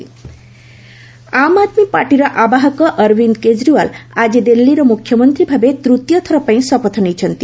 app government Aam Aadmi ପାର୍ଟିର ଆବାହକ ଅରବିନ୍ଦ କେଜରିଓ୍ବାଲ ଆଜି ଦିଲ୍ଲୀର ମୁଖ୍ୟମନ୍ତ୍ରୀ ଭାବେ ତୂତୀୟଥର ପାଇଁ ଶପଥ ନେଇଛନ୍ତି